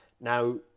Now